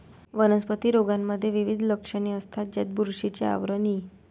वनस्पती रोगांमध्ये विविध लक्षणे असतात, ज्यात बुरशीचे आवरण इ